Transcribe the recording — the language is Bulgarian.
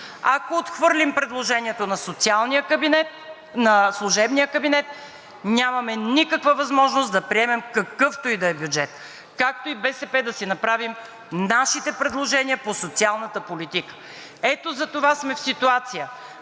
Ако отхвърлим предложението на служебния кабинет, нямаме никаква възможност да приемем какъвто и да е бюджет, както и БСП да си направим нашите предложения по социалната политика. Ето затова сме в ситуация